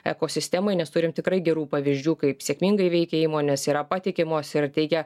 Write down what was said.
ekosistemai nes turim tikrai gerų pavyzdžių kaip sėkmingai veikia įmonės yra patikimos ir teikia